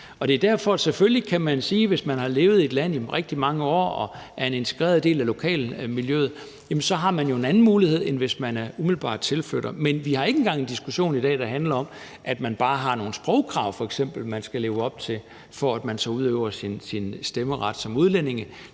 man sige, at hvis man har levet i et land i rigtig mange år og er en integreret del af lokalmiljøet, har man en anden mulighed, end hvis man umiddelbart er tilflytter. Men vi har ikke engang en diskussion i dag, der handler om, at man f.eks. bare har nogle sprogkrav, man skal leve op til, for at man kan udøve sin stemmeret som udlænding.